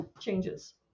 changes